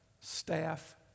staff